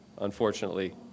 unfortunately